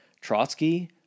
Trotsky